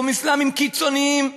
גורמים אסלאמיים קיצוניים,